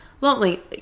lonely